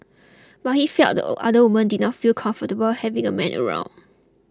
but he felt the other women did not feel comfortable having a man around